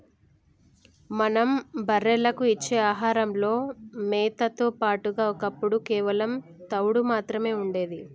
మనం బర్రెలకు ఇచ్చే ఆహారంలో మేతతో పాటుగా ఒప్పుడు కేవలం తవుడు మాత్రమే ఉండేది